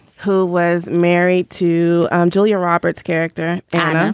who was married to julia roberts character, anna